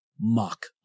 mock